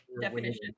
definition